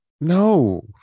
no